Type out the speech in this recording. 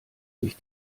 sich